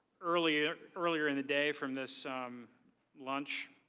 earlier earlier in the day from this lunch.